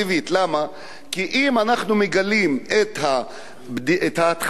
כי אם אנחנו מגלים את ההתחלה של הסרטן,